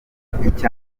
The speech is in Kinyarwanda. y’ubucuruzi